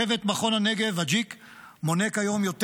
צוות מכון הנגב אג'יק מונה כיום יותר